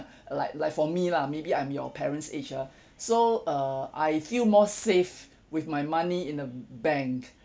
like like for me lah maybe I'm your parents' age ah so err I feel more safe with my money in a bank